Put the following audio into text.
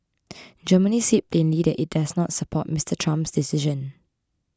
Germany said plainly that it does not support Mister Trump's decision